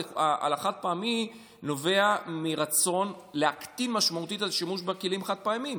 חד-פעמי נובע מרצון להקטין משמעותית שימוש בכלים חד-פעמיים,